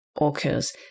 occurs